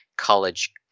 College